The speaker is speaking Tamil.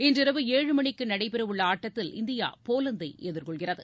இன்றிரவு ஏழு மணிக்குநடைபெறவுள்ளஆட்டத்தில் இந்தியா போலந்தைஎதிர்கொள்கிறது